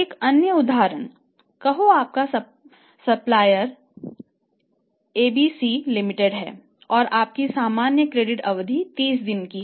एक अन्य उदाहरण कहो आपका सप्लायर एबीसी लिमिटेड है और आपकी सामान्य क्रेडिट अवधि 30 दिन है